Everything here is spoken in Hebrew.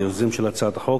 היוזם של הצעת החוק,